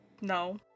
no